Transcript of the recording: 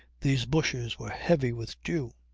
these bushes were heavy with dew.